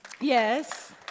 yes